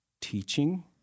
teaching